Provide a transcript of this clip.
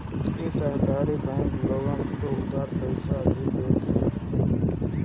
इ सहकारी बैंक लोग के उधार पईसा भी देत हवे